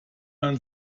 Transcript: man